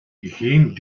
geen